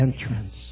entrance